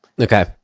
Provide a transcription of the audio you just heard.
Okay